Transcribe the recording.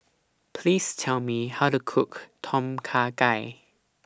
Please Tell Me How to Cook Tom Kha Gai